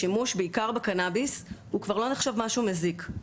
השימוש בעיקר בקנאביס כבר לא נחשב משהו מזיק.